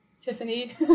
Tiffany